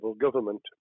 government